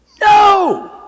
no